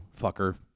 fucker